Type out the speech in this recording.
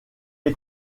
est